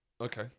Okay